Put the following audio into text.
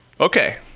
Okay